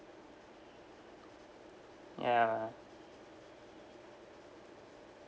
ya